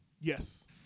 Yes